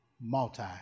Multi